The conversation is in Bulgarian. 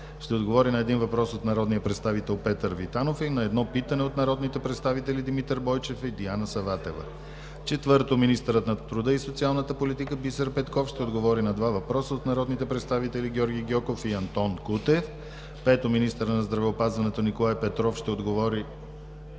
ще отговори на един въпрос от народния представител Петър Витанов и на едно питане от народните представители Димитър Бойчев и Диана Саватева. 4. Министърът на труда и социалната политика Бисер Петков ще отговори на два въпроса от народните представители Георги Гьоков и Антон Кутев. 5. Министърът на здравеопазването Николай Петров ще отговори